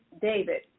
David